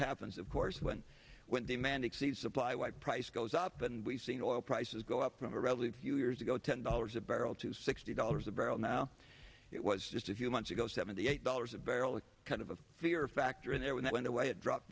happens of course when when the man exceeds supply why price goes up and we've seen oil prices go up from a relative few years ago ten dollars a barrel to sixty dollars a barrel now it was just a few months ago seventy eight dollars a barrel is kind of a fear factor in there when they went away it dropped